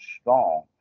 strong